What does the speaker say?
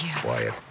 Quiet